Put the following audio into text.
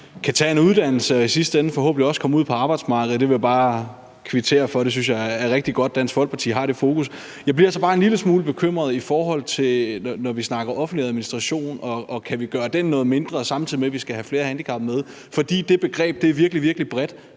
kan tage en uddannelse og i sidste ende forhåbentlig også komme ud på arbejdsmarkedet. Det vil jeg bare kvittere for; jeg synes, det er rigtig godt at Dansk Folkeparti har det fokus. Jeg bliver så bare en lille smule bekymret, når vi snakker offentlig administration, og om vi kan gøre den noget mindre, samtidig med at vi skal have flere handicappede med, for det begreb er virkelig, virkelig bredt.